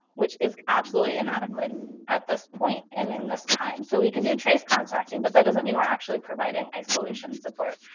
which is absolutely inadequate at this point and in this time. so we can do trace contacting, but that doesn't mean we're actually providing isolation support.